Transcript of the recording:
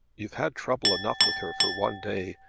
you've had trouble enough with her for one day,